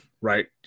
right